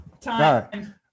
Time